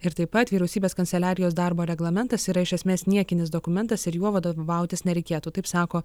ir taip pat vyriausybės kanceliarijos darbo reglamentas yra iš esmės niekinis dokumentas ir juo vadovautis nereikėtų taip sako